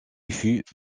fut